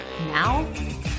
Now